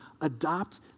adopt